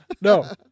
no